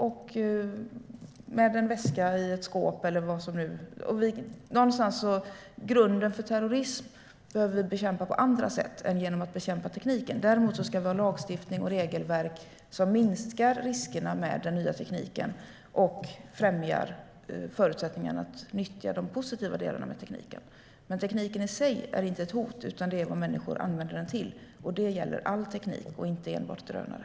Det kan vara en väska i ett skåp. Grunden för terrorism behöver vi bekämpa på andra sätt än genom att bekämpa tekniken. Däremot ska vi ha lagstiftning och regelverk som minskar riskerna med den nya tekniken och främjar förutsättningarna för att nyttja de positiva delarna i tekniken. Tekniken i sig är inte ett hot, utan det är vad människor använder den till, och detta gäller all teknik, inte enbart drönare.